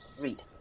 read